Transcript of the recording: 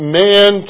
man